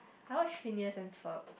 I watch Phineas-and-Ferb